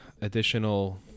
additional